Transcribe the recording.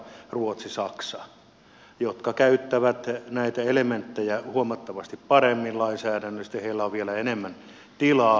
ruotsi ja saksa käyttävät näitä elementtejä huomattavasti paremmin lainsäädännöstä ja heillä on vielä enemmän tilaa